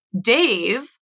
Dave